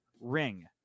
ring